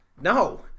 no